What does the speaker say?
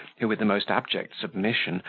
who, with the most abject submission,